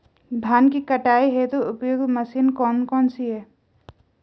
धान की कटाई हेतु उपयुक्त मशीन कौनसी है?